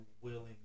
willing